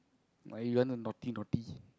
like if you want to naught naughty